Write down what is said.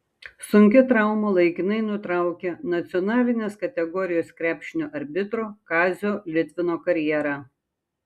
sunki trauma laikinai nutraukė nacionalinės kategorijos krepšinio arbitro kazio litvino karjerą